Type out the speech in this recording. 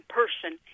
person